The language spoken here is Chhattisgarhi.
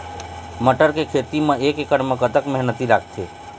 मटर के खेती म एक एकड़ म कतक मेहनती लागथे?